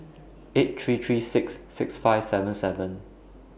eight three three six six five seven seven